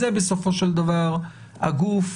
זה בסופו של דבר הגוף.